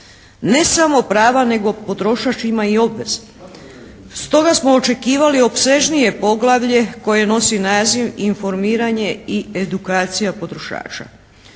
Ne samo prava nego potrošač ima i obveze stoga smo očekivali opsežnije poglavlje koje nosi naziv informiranje i edukacija potrošača.